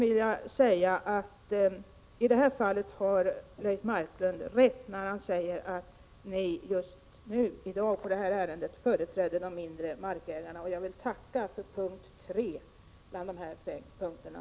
I detta fall har Leif Marklund rätt när han säger att socialdemokraterna företräder de mindre markägarna, och jag vill speciellt tacka för punkt 3 bland de fem punkterna.